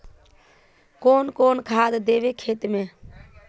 कौन कौन खाद देवे खेत में?